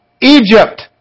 Egypt